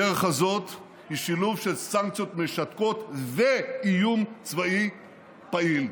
הדרך הזאת היא שילוב של סנקציות משתקות ואיום צבאי פעיל,